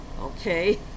okay